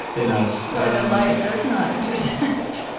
in us where the light does not intersect.